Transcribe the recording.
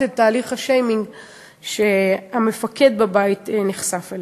את תהליך השיימינג שהמפקד בבית נחשף לו.